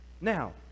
Now